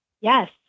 Yes